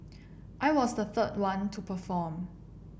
I was the third one to perform